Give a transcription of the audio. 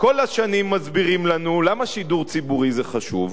כל השנים מסבירים לנו למה שידור ציבורי זה חשוב,